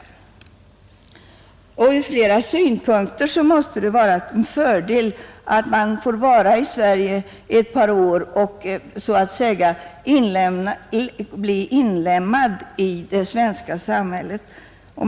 Ur flera synpunkter måste det vara en fördel att man får bo i Sverige ett par år och så att säga bli inlemmad i det svenska samhället.